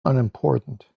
unimportant